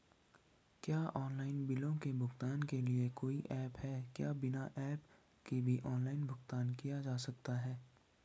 क्या ऑनलाइन बिलों के भुगतान के लिए कोई ऐप है क्या बिना ऐप के भी ऑनलाइन भुगतान किया जा सकता है?